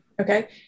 okay